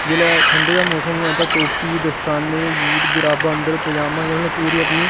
जिसलै ठंडे दा मौसम होऐ तां टोपी दस्ताने बूट जराबां अन्दर पजामा यानि पूरी अपनी